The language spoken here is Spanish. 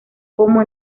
como